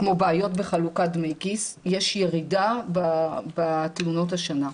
כמו בעיות בחלוקת דמי כיס, יש ירידה בתלונות השנה.